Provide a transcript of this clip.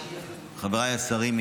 חבריי השרים,